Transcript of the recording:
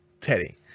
Teddy